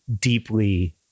deeply